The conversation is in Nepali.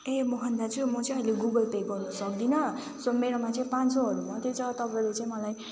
ए मोहन दाजु म चाहिँ अहिले गुगल पे गर्नु सक्दिनँ सो मेरोमा चाहिँ पाँच सौहरू मात्रै छ तपाईँले चाहिँ मलाई